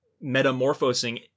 metamorphosing